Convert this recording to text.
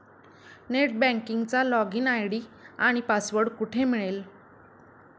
Net बँकिंगचा login ID आणि password कुठे मिळेल?